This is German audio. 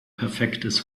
perfektes